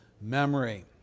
memory